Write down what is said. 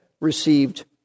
received